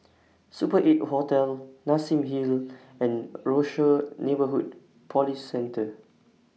Super eight Hotel Nassim Hill and Rochor Neighborhood Police Centre